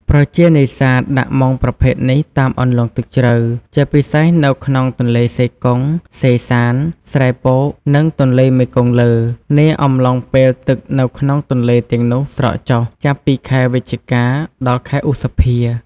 ប្រជានេសាទ ដាក់មងប្រភេទនេះ តាមអន្លង់ទឹកជ្រៅ ជាពិសេសនៅក្នុងទន្លេសេកុង សេសាន ស្រែពក និងទន្លេមេគង្គលើ នាអំឡុងពេលទឹកនៅក្នុងទន្លេទាំងនោះស្រកចុះ ចាប់ពីខែវិច្ឆិកា ដល់ ខែឧសភា។